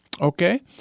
okay